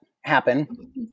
happen